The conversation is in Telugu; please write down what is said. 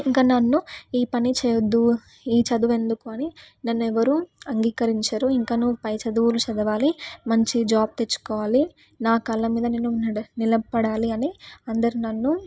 ఇంకా నన్ను ఈ పనిచేయవద్దు ఈ చదువు ఎందుకు అని నన్నెవరూ అంగీకరించరు ఇంకా నువ్వు పై చదువులు చదవాలి మంచి జాబ్ తెచ్చుకోవాలి నా కాళ్ళ మీద నేను నిలబడాలి అని అందరు నన్ను